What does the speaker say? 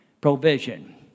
provision